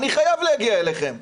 אני חייב להגיע אליכם.